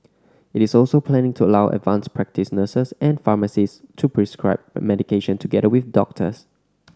it is also planning to allow advanced practice nurses and pharmacist to prescribe medication together with doctors